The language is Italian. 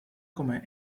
come